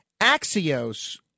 Axios